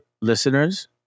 listeners